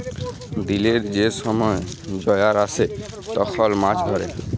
দিলের যে ছময় জয়ার আসে তখল মাছ ধ্যরে